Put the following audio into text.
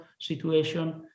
situation